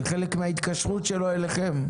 זה חלק מההתקשרות שלו אליכם.